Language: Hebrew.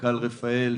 מנכ"ל רפא"ל,